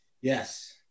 Yes